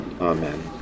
Amen